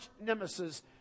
nemesis